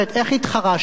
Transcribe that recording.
איך התחרשת?